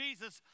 Jesus